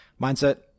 mindset